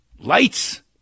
Lights